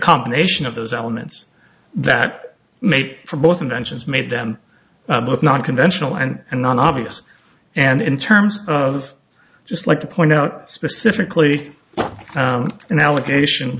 combination of those elements that make for both inventions made them both not conventional and non obvious and in terms of just like to point out specifically an allegation